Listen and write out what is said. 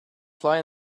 fly